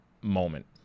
moment